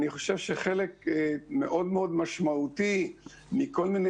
אני חושב שחלק מאוד מאוד משמעותי מכל מיני